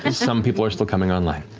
and some people are still coming online.